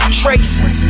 traces